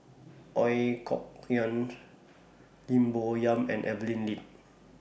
Ooi Kok Chuen Lim Bo Yam and Evelyn Lip